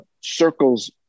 circles